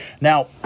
Now